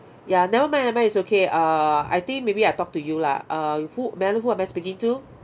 ya never mind never mind it's okay err I think maybe I talk to you lah uh who may I know who am I speaking to